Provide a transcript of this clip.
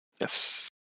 Yes